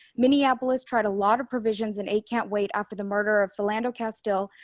minneapolis tried a lot of provisions and a can't wait after the murder of philando castile,